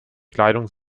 kleidung